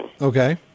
Okay